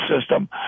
system